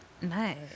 Nice